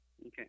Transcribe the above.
Okay